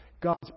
God's